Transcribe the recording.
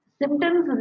symptoms